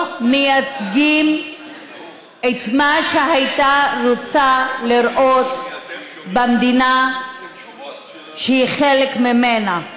לא מייצגים את מה שהייתה רוצה לראות במדינה שהיא חלק ממנה,